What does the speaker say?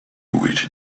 waited